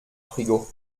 frigo